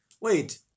Wait